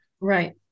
Right